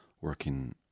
working